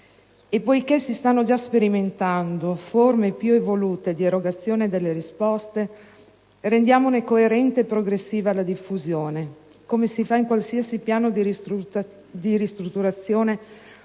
E poiché si stanno già sperimentando forme più evolute di erogazione delle risposte, rendiamone coerente e progressiva la diffusione, come si fa in qualsiasi piano di ristrutturazione